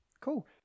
Cool